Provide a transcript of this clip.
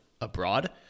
abroad